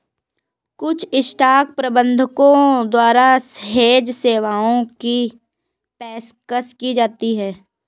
कुछ स्टॉक प्रबंधकों द्वारा हेज सेवाओं की पेशकश की जाती हैं